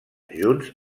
junts